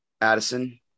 Addison